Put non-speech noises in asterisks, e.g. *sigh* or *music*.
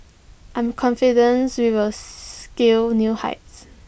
I'm confident we will *unintelligible* scale new heights